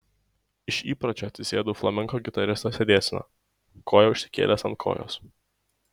iš įpročio atsisėdau flamenko gitaristo sėdėsena koją užsikėlęs ant kojos